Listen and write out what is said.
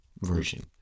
version